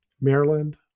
maryland